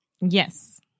Yes